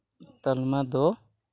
ᱛᱟᱞᱢᱟ ᱫᱚ